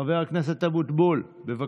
חבר הכנסת אבוטבול, בבקשה.